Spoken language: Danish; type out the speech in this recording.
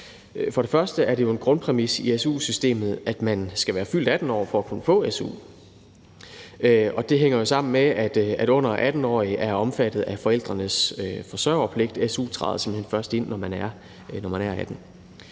For det første er det jo en grundpræmis i su-systemet, at man skal være fyldt 18 år for at kunne få su, og det hænger jo sammen med, at unge under 18 år er omfattet af forældrenes forsørgerpligt – su træder simpelt hen først ind, når man er 18.